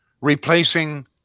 replacing